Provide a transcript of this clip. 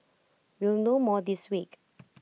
we'll know more this week